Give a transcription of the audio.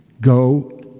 Go